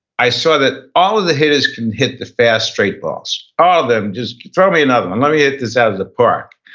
i saw that all of the hitters can hit the fast, straight balls. all of them, just throw me another one, let me hit this out of the park.